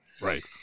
Right